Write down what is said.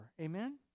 Amen